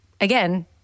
again